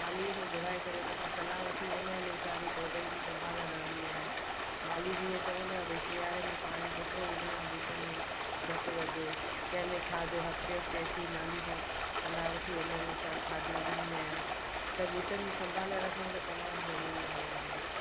मालीअ खे घुराए करे उनसां सलाहु वठी उन अनुसार ई पौधनि जी संभाल लहंदी आहियां माली जीअं चवंदो आहे भई सियारे में पाणी केतिरो विझिणो आहे बूटनि में घटि वधि कंहिं में खाद हफ़्ते हफ़्ते अची माली सां सलाहु वठी उन अनुसार खाद विझंदी आहियां त बूटनि जी संभाल रखणु त तमामु ज़रूरी आहे घर में